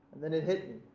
then it hit